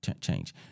Change